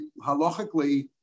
halachically